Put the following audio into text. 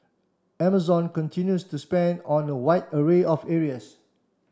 Amazon continues to spend on a wide array of areas